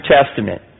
Testament